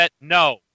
No